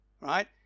right